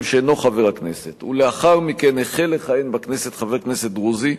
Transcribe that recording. שאינו חבר הכנסת ולאחר מכן החל לכהן בכנסת חבר כנסת דרוזי,